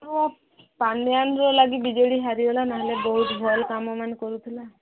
ହଁ ପାଣ୍ଡିଆନର ଲାଗି ବି ଜେ ଡ଼ି ହାରିଗଲା ନହେଲେ ବହୁତ ଭଲ କାମ ମାନ କରୁଥିଲା